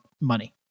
money